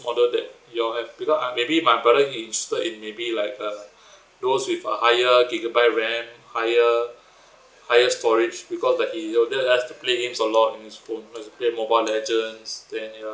model that you all have because uh maybe my brother he interested maybe he like uh those with a higher gigabyte RAM higher higher storage because like he also like to play games a lot in his phone because he plays mobile legends then you know